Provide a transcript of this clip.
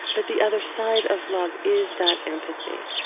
but the other side of love is that empathy,